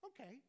Okay